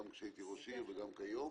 גם כשהייתי ראש עיר וגם כיום.